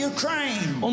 Ukraine